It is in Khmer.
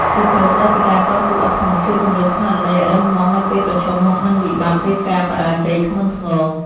សៀវភៅស្ដីពីការតស៊ូអត់ធ្មត់ ជួយពង្រឹងស្មារតីឱ្យរឹងមាំនៅពេលប្រឈមមុខនឹងវិបត្តិ ឬការបរាជ័យធ្ងន់ធ្ងរ។